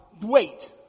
wait